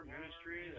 Ministry